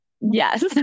yes